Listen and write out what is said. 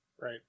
Right